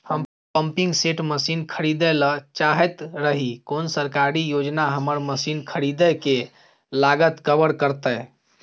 हम pumping set मसीन खरीदैय ल चाहैत रही कोन सरकारी योजना हमर मसीन खरीदय के लागत कवर करतय?